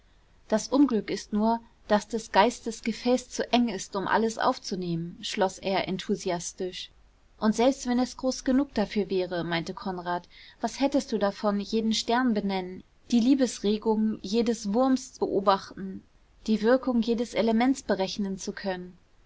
das unglück ist nur daß des geistes gefäß zu eng ist um alles aufzunehmen schloß er enthusiastisch und selbst wenn es groß genug dafür wäre meinte konrad was hättest du davon jeden stern benennen die liebesregungen jedes wurms beobachten die wirkungen jedes elements berechnen zu können